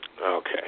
Okay